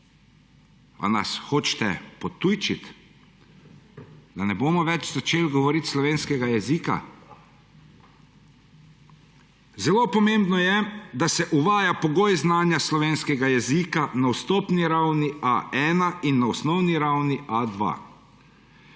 A nas hočete potujčiti? Da ne bomo več govorili slovenskega jezika? Zelo pomembno je, da se uvaja pogoj znanja slovenskega jezika na vstopni ravni A1 in na osnovni ravni A2.